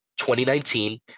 2019